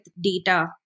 data